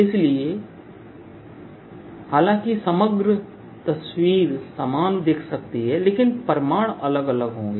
इसलिए हालांकि समग्र तस्वीर समान दिख सकती है लेकिन परिमाण अलग अलग होंगे